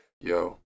Yo